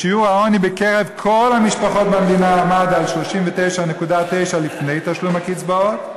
שיעור העוני בקרב כל המשפחות במדינה עמד על 39.9% לפני תשלום הקצבאות,